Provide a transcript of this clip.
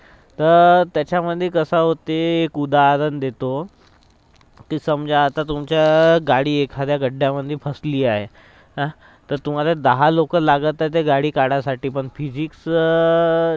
तर त्याच्यामध्ये कसं होते एक उदाहरण देतो की समजा आता तुमच्या गाडी एखाद्या गड्ड्यामध्ये फसली आहे हं तर तुम्हाला दहा लोक लागत आहे ते गाडी काढायसाठी पण फिजिक्स